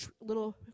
little